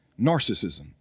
Narcissism